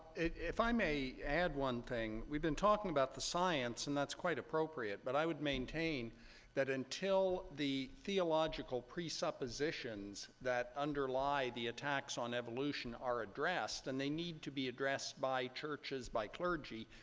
if i may add one thing. we've been talking about the science, and that's quite appropriate. but i would maintain that until the theological presuppositions that underlie the attacks on evolution are addressed, and they need to be addressed by churches, by clergy,